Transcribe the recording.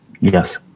Yes